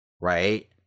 Right